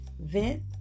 Vent